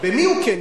במי הוא כן יפגע?